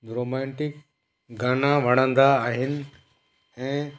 romantic गाना वणंदा आहिनि ऐं